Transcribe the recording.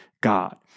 God